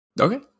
Okay